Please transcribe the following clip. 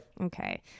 Okay